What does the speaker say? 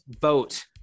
vote